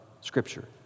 Scripture